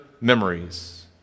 memories